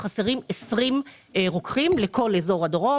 חסרים היום 20 רוקחים לכל אזור הדרום,